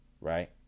Right